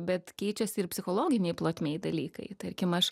bet keičiasi ir psichologinėj plotmėj dalykai tarkim aš